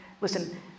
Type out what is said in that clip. Listen